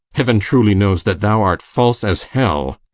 heaven truly knows that thou art false as hell.